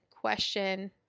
question